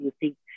using